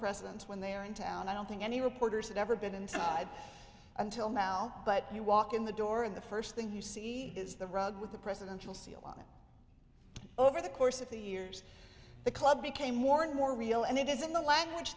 presidents when they are in town i don't think any reporters have ever been inside until now but you walk in the door and the first thing you see is the rug with the presidential seal on it over the course of the years the club became more and more real and it is in the language